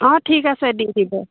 অঁ ঠিক আছে দি দিব